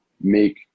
make